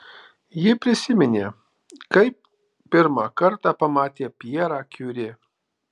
ji prisiminė kaip pirmą kartą pamatė pjerą kiuri